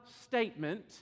statement